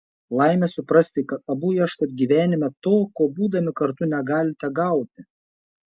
laimė suprasti kad abu ieškot gyvenime to ko būdami kartu negalite gauti